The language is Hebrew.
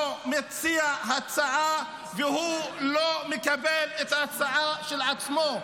מציע הצעה ולא מקבל את ההצעה של עצמו.